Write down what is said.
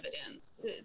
evidence